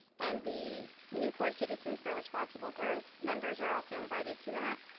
and the newport citizens for responsible growth members are also invited to that.